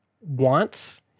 wants